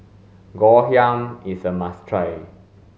ngoh hiang is a must try